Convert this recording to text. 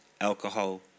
alcohol